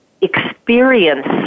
experience